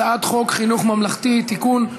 הצעת חוק חינוך ממלכתי (תיקון,